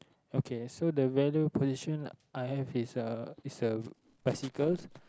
okay so the value position I have is a is a bicycles